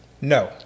No